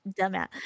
dumbass